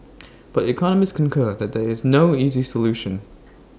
but economists concur that there is no easy solution